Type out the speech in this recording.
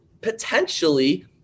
potentially